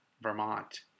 Vermont